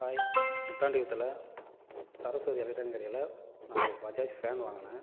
hi முத்தாண்டி குப்பத்தில் Saraswathi electronic கடையில் நான் ஒரு பஜாஜ் ஃபேன் வாங்கினேன்